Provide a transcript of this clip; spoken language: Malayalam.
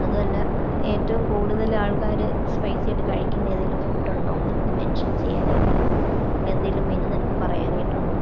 അതുമല്ല ഏറ്റവും കൂടുതൽ ആൾക്കാർ സ്പൈസി ആയിട്ട് കഴിക്കുന്ന ഏതെങ്കിലും ഫുഡ്ഡ് ഉണ്ടോ നിനക്ക് മെൻഷൻ ചെയ്യാൻ ആയിട്ട് അല്ലെങ്കിൽ എന്തെങ്കിലും മെനു നിനക്ക് പറയാനായിട്ട് ഉണ്ടോ